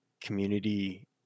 community